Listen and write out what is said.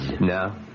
No